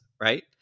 right